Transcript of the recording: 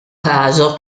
caso